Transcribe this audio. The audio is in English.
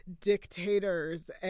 dictators